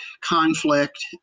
conflict